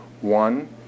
One